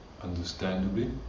Understandably